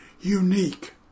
unique